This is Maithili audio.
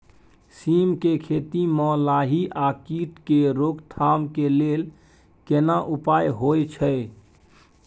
सीम के खेती म लाही आ कीट के रोक थाम के लेल केना उपाय होय छै?